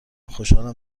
خوشحالم